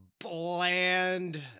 bland